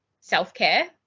self-care